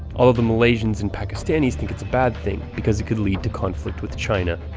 although the malaysians and pakistanis think it's a bad thing because it could lead to conflict with china.